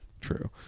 True